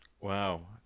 Wow